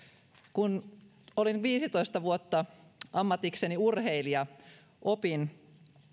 kun olin viisitoista vuotta ammatikseni urheilija opin